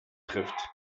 trifft